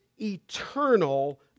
eternal